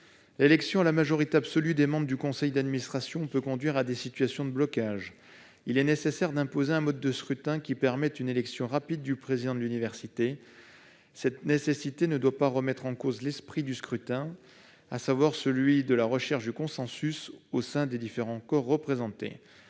L'élection à la majorité absolue des membres du conseil d'administration peut conduire à des situations de blocage. Il est nécessaire d'imposer un mode de scrutin qui permette une élection rapide des présidents d'université. Cette nécessité ne doit pas remettre en cause l'esprit du scrutin, celui de la recherche du consensus au sein des différents corps représentés.